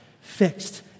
fixed